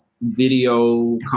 video